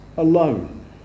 alone